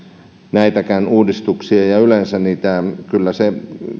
näistäkään uudistuksista yleensä kyllä se